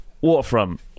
Waterfront